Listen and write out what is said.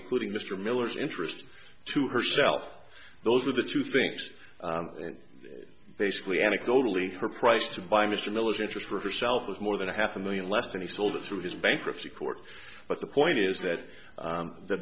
including mr miller's interest to herself those are the two things basically anecdotally her price to buy mr miller's interest for herself was more than a half a million less and he sold it through his bankruptcy court but the point is that